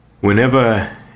Whenever